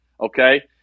okay